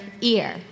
ear